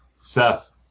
Seth